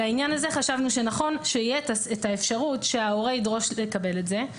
לעניין הזה חשבנו שנכון שתהיה האפשרות שההורה ידרוש לקבל את זה.